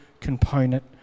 component